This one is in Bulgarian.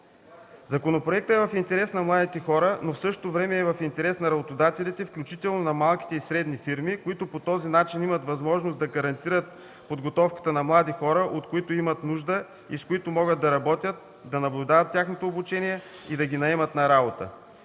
Законопроектът е в интерес на младите хора, но в същото време е в интерес на работодателите, включително на малките и средни фирми, които по този начин имат възможност да гарантират подготовката на млади хора, от които имат нужда и с които могат да работят, да наблюдават тяхното обучение и да ги наемат на работа.